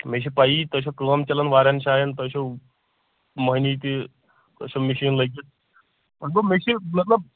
مےٚ چھَ پَیی تۄہہِ چھو کٲم چَلان واریاہَن جایَن تۄہہِ چھو مٔہنِو تہِ تۄہہ چھو مِشیٖن لٔگِتھ وۄنۍ گوٚو مےٚ چھِ مطلب